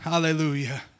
Hallelujah